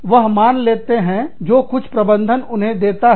वह मान लेते हैं जो कुछ प्रबंधन उन्हें देता है